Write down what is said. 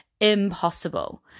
impossible